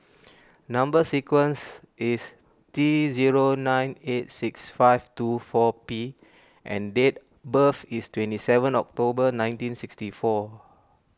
Number Sequence is T zero nine eight six five two four P and date birth is twenty seven October nineteen sixty four